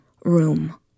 room